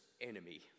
enemy